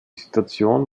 situation